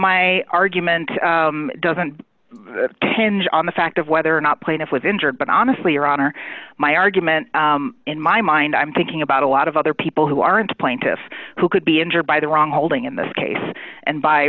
my argument doesn't tend on the fact of whether or not plaintiff was injured but honestly your honor my argument in my mind i'm thinking about a lot of other people who aren't plaintiffs who could be injured by the wrong holding in this case and b